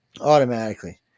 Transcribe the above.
Automatically